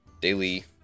Daily